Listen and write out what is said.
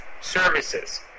services